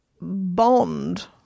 Bond